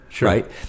right